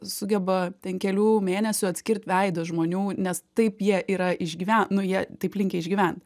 sugeba ten kelių mėnesių atskirt veidus žmonių nes taip jie yra išgyve nu jie taip linkę išgyvent